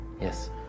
Yes